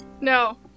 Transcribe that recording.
No